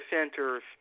centers